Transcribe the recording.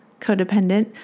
codependent